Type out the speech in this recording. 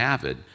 Avid